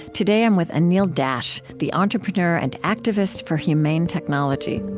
today, i'm with anil dash, the entrepreneur and activist for humane technology